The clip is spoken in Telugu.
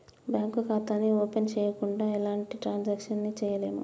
బ్యేంకు ఖాతాని ఓపెన్ చెయ్యకుండా ఎలాంటి ట్రాన్సాక్షన్స్ ని చెయ్యలేము